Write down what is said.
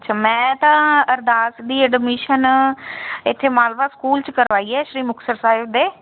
ਅੱਛਾ ਮੈਂ ਤਾਂ ਅਰਦਾਸ ਦੀ ਅਡਮੀਸ਼ਨ ਇੱਥੇ ਮਾਲਵਾ ਸਕੂਲ 'ਚ ਕਰਵਾਈ ਹੈ ਸ਼੍ਰੀ ਮੁਕਤਸਰ ਸਾਹਿਬ ਦੇ